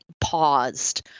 paused